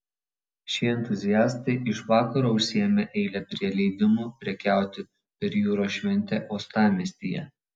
šie entuziastai iš vakaro užsiėmė eilę prie leidimų prekiauti per jūros šventę uostamiestyje